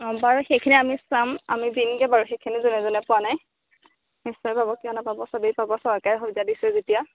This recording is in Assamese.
অঁ বাৰু সেইখিনি আমি চাম আমি দিমগৈ বাৰু সেইখিনি যোনে যোনে পোৱা নাই নিশ্চয় পাব কিয় নাপাব চবেই পাব চৰকাৰে সুবিধা দিছে যেতিয়া